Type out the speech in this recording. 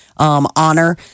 Honor